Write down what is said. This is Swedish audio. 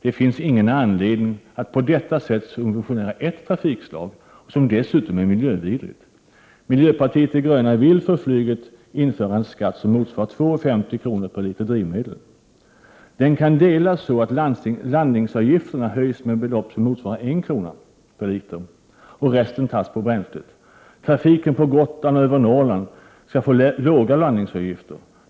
Det finns ingen anledning att på detta sätt subventionera ett trafikslag, som dessutom är miljövidrigt. Miljöpartiet de gröna vill för flyget införa en skatt som motsvarar 2,50 kr. per liter drivmedel. Den kan delas så att landningsavgifterna höjs med belopp som motsvarar 1,00 kr. per liter och resten tas på bränslet. Trafiken på Gotland och övre Norrland skall få låga landningsavgifter.